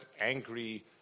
angry